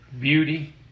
beauty